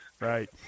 Right